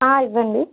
ఇవ్వండి